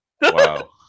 Wow